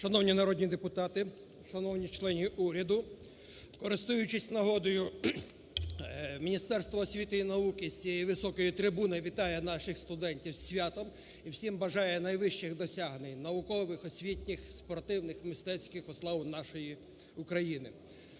Шановні народні депутати, шановні члени уряду! Користуючись нагодою, Міністерство освіти і науки з цієї трибуни вітає наших студентів із святом і всім бажає найвищих досягнень – наукових, освітніх, спортивних, мистецьких во славу нашої України.